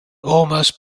almost